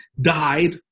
died